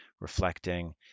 reflecting